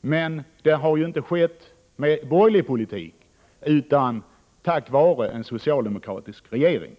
men den har inte skett med en borgerlig politik utan tack vare en socialdemokratisk regering.